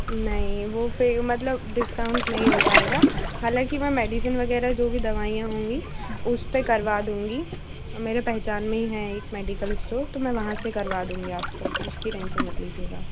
नहीं वो फिर मतलब डिस्काउंट नहीं हो पाएगा हालांकि मैं मेडिसिन वगैरह जो भी दवाइयाँ होंगी उसपे करवा दूंगी मेरे पहचान में ही है एक मेडिकल स्टोर तो मैं वहाँ से करवा दूंगी आपको उसकी टेंशन मत लीजिएगा